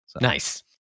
nice